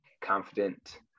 confident